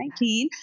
2019